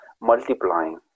multiplying